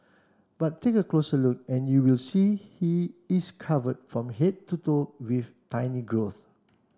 but take a closer look and you will see he is covered from head to toe with tiny growths